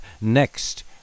next